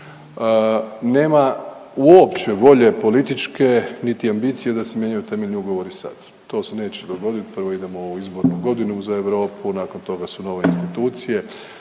Nema uopće volje političke niti ambicije da se mijenjaju temeljni ugovori sad. To se neće dogoditi, prvo idemo u izbornu godinu za Europu, nakon toga su nove institucije